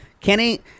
Kenny